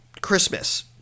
Christmas